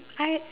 I